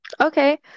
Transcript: Okay